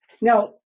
Now